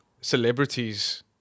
celebrities